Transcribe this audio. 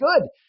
good